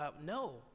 No